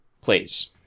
Please